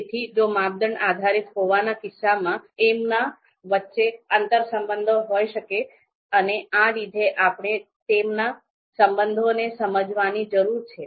તેથી જો માપદંડ આધારિત હોવાના કિસ્સામાં એમના વચ્ચે આંતરસંબંધો હોઈ શકે અને આ લીધે આપણે તેમના સંબંધોને સમજવાની જરૂર છે